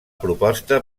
proposta